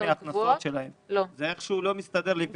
מההכנסות שלהם ואיכשהו זה לא מסתדר לי,